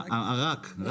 ה"רק" רק